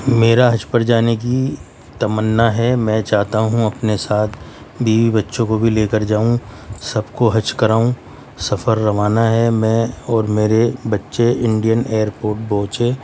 میرا حج پر جانے کی تمنا ہے میں چاہتا ہوں اپنے ساتھ بیوی بچوں کو بھی لے کر جاؤں سب کو حج کراؤں سفر روانہ ہے میں اور میرے بچے انڈین ایئرپورٹ پہنچے